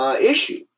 Issue